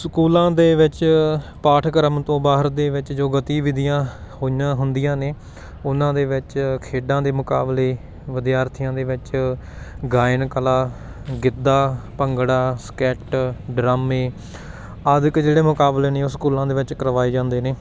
ਸਕੂਲਾਂ ਦੇ ਵਿੱਚ ਪਾਠਕ੍ਰਮ ਤੋਂ ਬਾਹਰ ਦੇ ਵਿੱਚ ਜੋ ਗਤੀਵਿਧੀਆਂ ਹੋਈਆਂ ਹੁੰਦੀਆਂ ਨੇ ਉਹਨਾਂ ਦੇ ਵਿੱਚ ਖੇਡਾਂ ਦੇ ਮੁਕਾਬਲੇ ਵਿਦਿਆਰਥੀਆਂ ਦੇ ਵਿੱਚ ਗਾਇਨ ਕਲਾ ਗਿੱਧਾ ਭੰਗੜਾ ਸਕਿੱਟ ਡਰਾਮੇ ਆਦਿ ਜਿਹੜੇ ਮੁਕਾਬਲੇ ਨੇ ਉਹ ਸਕੂਲਾਂ ਦੇ ਵਿੱਚ ਕਰਵਾਏ ਜਾਂਦੇ ਨੇ